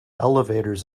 elevators